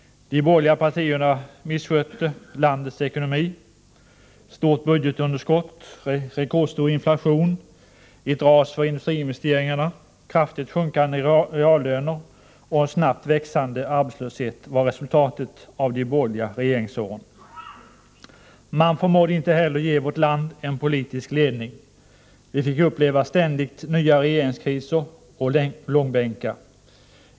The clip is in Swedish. De borgerliga partierna misskötte landets ekonomi. Ett stort budgetunderskott, en rekordstor inflation, ett ras för industriinvesteringarna, kraftigt sjunkande reallöner och en snabbt växande arbetslöshet var resultatet av de borgerliga regeringsåren. Vidare förmådde man inte ge vårt land en politisk ledning. Vi fick ständigt uppleva nya regeringskriser och långbänkar.